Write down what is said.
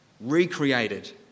recreated